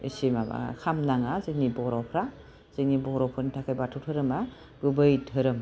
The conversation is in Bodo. एसे माबा खालामनाङा जोंनि बर'फ्रा जोंनि बर'फोरनि थाखाय बाथौ दोहोरोमा गुबै दोहोरोम